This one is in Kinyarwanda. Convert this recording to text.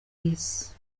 y’isi